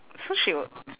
so she would